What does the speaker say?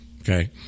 Okay